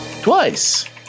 twice